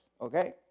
okay